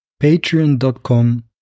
Patreon.com